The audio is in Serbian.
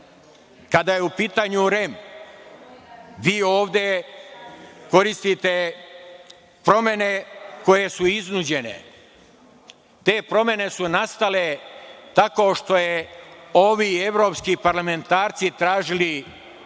je u pitanju REM, vi ovde koristite promene koje su iznuđene. Te promene su nastale tako što su ovi i evropski parlamentarci tražili